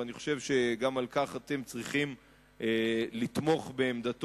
ואני חושב שגם על כך אתם צריכים לברך אותו ולתמוך בעמדתו,